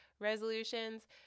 resolutions